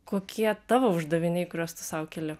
kokie tavo uždaviniai kuriuos tu sau keli